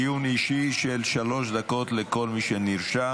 דיון אישי של שלוש דקות לכל מי שנרשם.